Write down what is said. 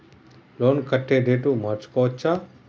Loan కట్టే date మార్చుకోవచ్చా?